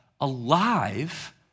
alive